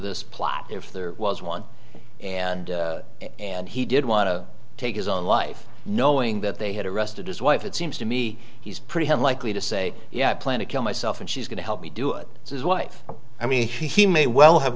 this plot if there was one and and he did want to take his own life knowing that they had arrested his wife it seems to me he's pretty unlikely to say yeah i plan to kill myself and she's going to help me do it is wife i mean he may well have